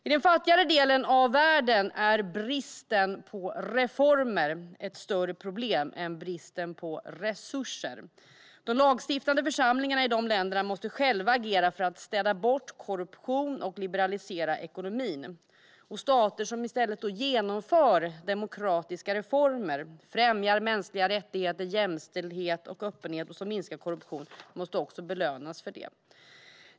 I den fattigare delen av världen är bristen på reformer ett större problem än bristen på resurser. De lagstiftande församlingarna i dessa länder måste själva agera för att städa bort korruption och liberalisera ekonomin. Stater som i stället genomför demokratiska reformer, främjar mänskliga rättigheter, jämställdhet och öppenhet och som minskar korruption måste också belönas för detta.